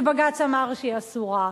שבג"ץ אמר שהיא אסורה.